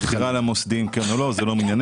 מכירה למוסדיים, כן או לא, זה לא מעניינינו.